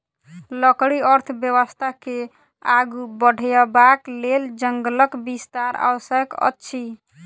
लकड़ी अर्थव्यवस्था के आगू बढ़यबाक लेल जंगलक विस्तार आवश्यक अछि